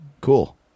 Cool